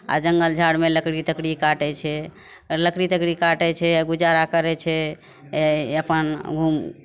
आ जङ्गल झाड़मे लकड़ी तकड़ी काटै छै आ लकड़ी तकड़ी काटै छै आ गुजारा करै छै अपन ओहोमे